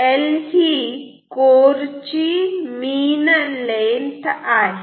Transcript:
L हे core ची mean length आहे